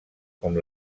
com